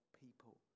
people